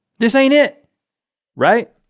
this ain't it right?